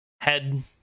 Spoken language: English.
head